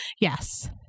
yes